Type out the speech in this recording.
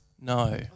No